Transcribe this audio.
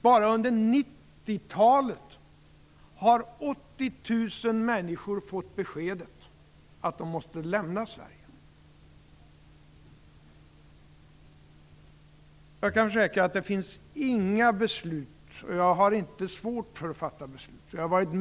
Bara under 90-talet har 80 000 människor fått beskedet att de måste lämna Sverige. Jag har inte svårt för att fatta beslut. Jag har varit med om att fatta beslut under många år.